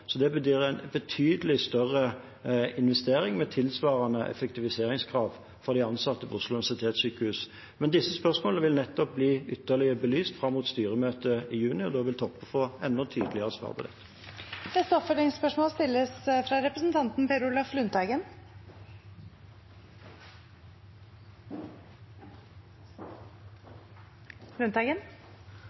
Det betyr en betydelig større investering, med tilsvarende effektiviseringskrav for de ansatte ved Oslo universitetssykehus. Men disse spørsmålene vil nettopp bli ytterligere belyst fram mot styremøtet i juni, og da vil Toppe få enda tydeligere svar på det. Per Olaf Lundteigen – til oppfølgingsspørsmål.